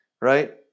right